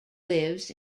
lives